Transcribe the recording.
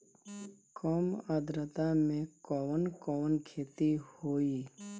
कम आद्रता में कवन कवन खेती होई?